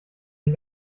den